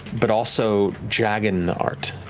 but also jagged in the art.